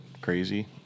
crazy